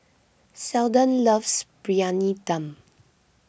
Seldon loves Briyani Dum